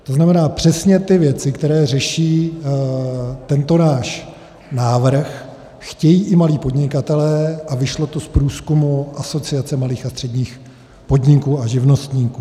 To znamená přesně ty věci, které řeší tento náš návrh, chtějí mladí podnikatelé, a vyšlo to z průzkumu Asociace malých a středních podniků a živnostníků.